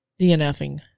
DNFing